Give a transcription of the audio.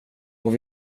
och